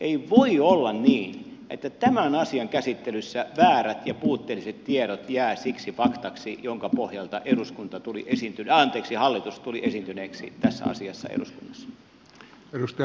ei voi olla niin että tämän asian käsittelyssä väärät ja puutteelliset tiedot jäävät siksi faktaksi jonka pohjalta hallitus tuli esiintyneeksi tässä asiassa eduskunnassa